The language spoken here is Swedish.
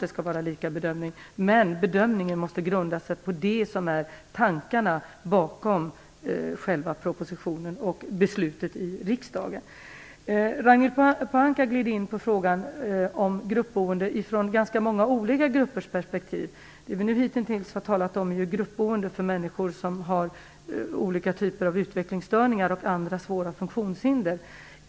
Det skall vara lika bedömning, men bedömningen måste grunda sig på det som är tanken bakom själva propositionen och beslutet i riksdagen. Ragnhild Pohanka gled in på frågan om gruppboende ifrån ganska många olika gruppers perspektiv. Det vi hittills har talat om är gruppboende för människor som har olika typer av utvecklingsstörningar och andra svåra funktionshinder.